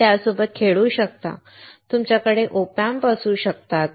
तुम्ही त्यासोबत खेळू शकता तुमच्याकडे OP Amps असू शकतात